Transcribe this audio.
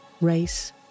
race